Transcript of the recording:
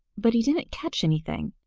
but he didn't catch anything,